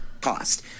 Cost